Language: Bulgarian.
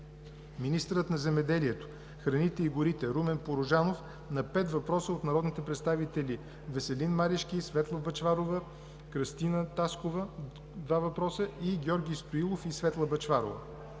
министърът на земеделието, храните и горите Румен Порожанов – на пет въпроса от народните представители Веселин Марешки, Светла Бъчварова, Кръстина Таскова, два въпроса; и Георги Стоилов и Светла Бъчварова;